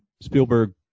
spielberg